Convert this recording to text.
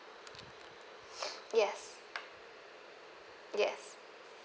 yes yes